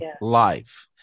life